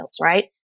right